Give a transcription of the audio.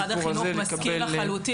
משרד החינוך מסכים לחלוטין.